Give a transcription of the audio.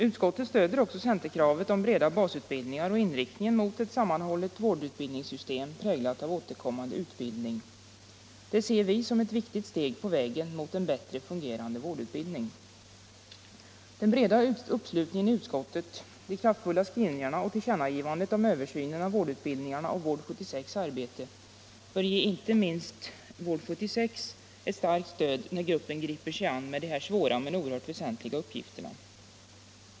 Utskottet stöder också centerkravet om breda basutbildningar och inriktningen mot ett sammanhållet vårdutbildningssystem, präglat av återkommande utbildning. Det ser vi som ett viktigt steg på vägen mot en bättre fungerande vårdutbildning. Den breda uppslutningen i utskottet, de kraftfulla skrivningarna och tillkännagivandet om översynen av vårdutbildningarna och Vård-76:s arbete bör ge inte minst Vård-76 ett starkt stöd när gruppen griper sig an de här svåra men oerhört väsentliga uppgifterna.